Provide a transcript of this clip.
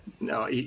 no